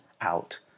out